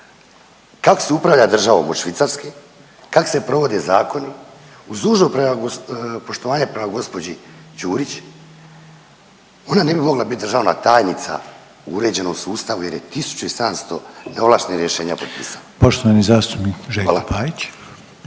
kako se upravlja državom od Švicarske, kako se provode zakoni uz dužno poštovanje prema gospođi Đurić ona ne bi mogla biti državna tajnica u uređenom sustavu jer je 1.700 neovlaštenih rješenja potpisala. **Reiner, Željko